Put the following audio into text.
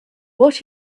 what